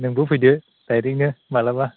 नोंबो फैदो डाइरेक्टनो माब्लाबा